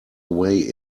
away